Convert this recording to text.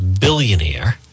billionaire